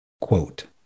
quote